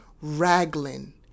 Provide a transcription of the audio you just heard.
Raglan